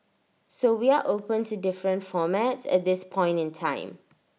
so we are open to different formats at this point in time